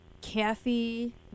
Kathy